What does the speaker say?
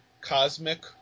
cosmic